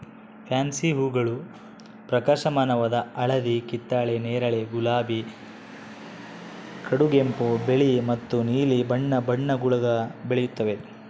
fancy ಹೂಗಳು ಪ್ರಕಾಶಮಾನವಾದ ಹಳದಿ ಕಿತ್ತಳೆ ನೇರಳೆ ಗುಲಾಬಿ ಕಡುಗೆಂಪು ಬಿಳಿ ಮತ್ತು ನೀಲಿ ಬಣ್ಣ ಬಣ್ಣಗುಳಾಗ ಬೆಳೆಯುತ್ತವೆ